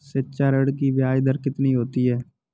शिक्षा ऋण की ब्याज दर कितनी होती है?